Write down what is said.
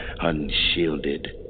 Unshielded